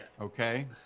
Okay